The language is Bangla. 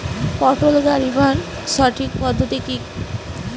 পটল গারিবার সঠিক পদ্ধতি কি?